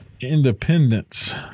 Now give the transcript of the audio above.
independence